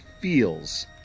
feels